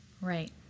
Right